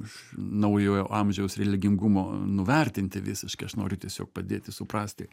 iš naujojo amžiaus religingumo nuvertinti visiškai aš noriu tiesiog padėti suprasti